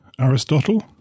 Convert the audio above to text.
Aristotle